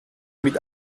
mit